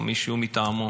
או מישהו מטעמו.